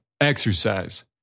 exercise